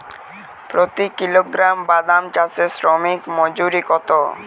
প্রতি কিলোগ্রাম বাদাম চাষে শ্রমিক মজুরি কত?